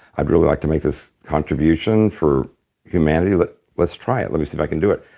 i'd really like to make this contribution for humanity. like let's try it. let's see if i can do it.